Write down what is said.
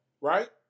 right